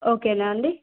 ఓకేనా అండి